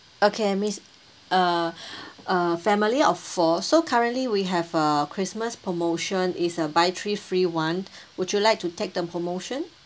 okay miss uh a family of four so currently we have a Christmas promotion is a buy three free one would you like to take the promotion